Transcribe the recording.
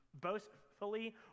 boastfully